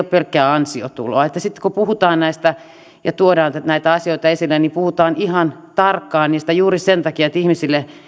pelkkää ansiotuloa sitten kun puhutaan näistä ja tuodaan näitä asioita esille niin puhutaan ihan tarkkaan niistä juuri sen takia että ihmisille